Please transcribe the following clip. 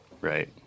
Right